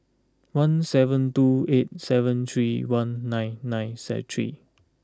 one seven two eight seven three one nine nine set three